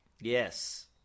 Yes